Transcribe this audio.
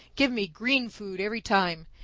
give me green food every time.